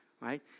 right